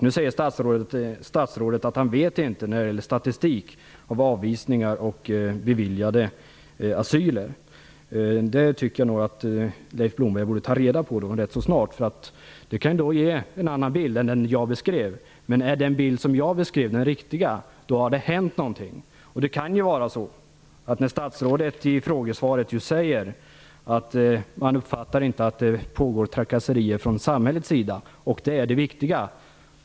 Nu säger statsrådet att han inte känner till statistiken över antalet avvisningar och beviljade asyler. Det tycker jag att Leif Blomberg borde ta reda på rätt snart. Det kan ge en annan bild än den jag beskrev. Men om den bild jag beskrev är den riktiga, då har det hänt någonting. Det kan vara så som statsrådet i frågesvaret säger, att man inte uppfattar det så att det pågår trakasserier från samhällets sida. Det är det viktiga.